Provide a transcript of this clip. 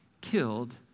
killed